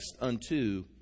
unto